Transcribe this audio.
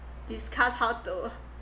discuss how to